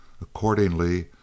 Accordingly